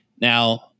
Now